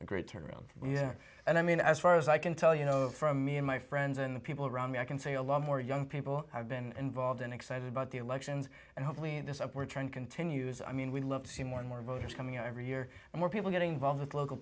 a great turnaround and i mean as far as i can tell you know from me and my friends and people around me i can see a lot more young people have been involved and excited about the elections and when this upward trend continues i mean we love to see more and more voters coming out every year and more people getting involved with local